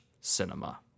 Cinema